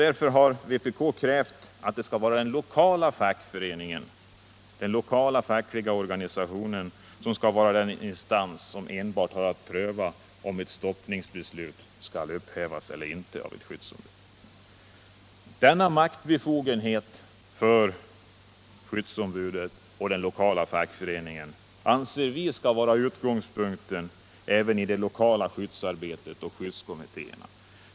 Därför har vpk krävt att det enbart skall vara den lokala fackliga organisationen som skall kunna pröva om ett stoppningsbeslut skall upphävas eller inte. Denna maktbefogenhet för skyddsombuden och den lokala fackföreningen anser vi skall vara utgångspunkten även i det lokala skyddsarbetet.